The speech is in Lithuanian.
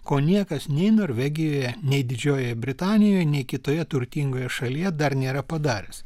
ko niekas nei norvegijoje nei didžiojoje britanijoje nei kitoje turtingoje šalyje dar nėra padaręs